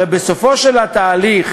הרי בסופו של התהליך,